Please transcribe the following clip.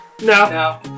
No